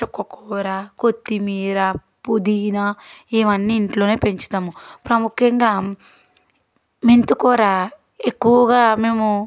చుక్కకూర కొత్తిమీర పుదీనా ఇవన్నీ ఇంట్లోనే పెంచుతాము ప్రాముఖ్యంగా మెంతికూర ఎక్కువగా మేము